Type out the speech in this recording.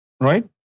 Right